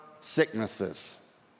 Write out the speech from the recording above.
sicknesses